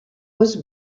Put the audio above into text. was